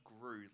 grew